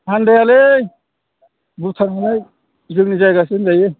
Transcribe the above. आन्दायालै भुटानालाय जोंनि जायगासो होनजायो